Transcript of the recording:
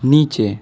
नीचे